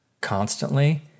constantly